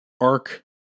arc